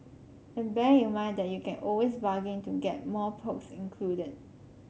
and bear in mind that you can always bargain to get more perks included in